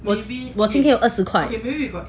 我今我今天有二十块